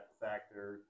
factor